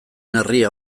herria